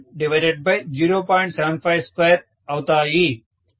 752అవుతాయి